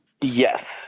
Yes